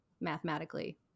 Mathematically